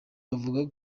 bavuga